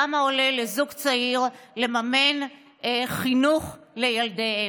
כמה עולה לזוג צעיר לממן חינוך לילדיהם.